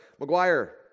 McGuire